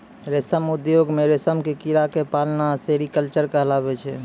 रेशम उद्योग मॅ रेशम के कीड़ा क पालना सेरीकल्चर कहलाबै छै